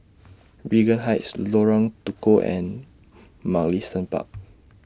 Regent Heights Lorong Tukol and Mugliston Park